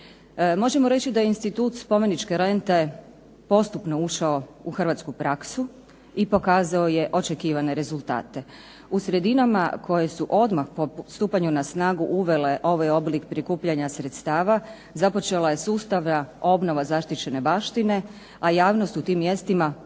Možemo reći da je institut spomeničke rente postupno ušao u hrvatsku praksu i pokazao je očekivane rezultate. U sredinama koje su odmah po stupanju na snagu uvele ovaj oblik prikupljanja sredstava, započela je sustavna obnova zaštićene baštine, a javnost u tim mjestima pozitivno